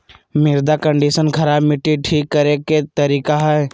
मृदा कंडीशनर खराब मट्टी ठीक करे के तरीका हइ